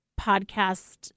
podcast